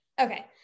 Okay